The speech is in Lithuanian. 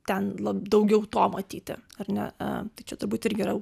ten lab daugiau to matyti ar ne čia turbūt ir geriau